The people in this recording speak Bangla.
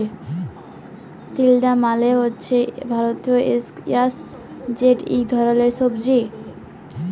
তিলডা মালে হছে ভারতীয় ইস্কয়াশ যেট ইক ধরলের সবজি